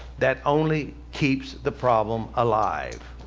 that only keeps the problem alive.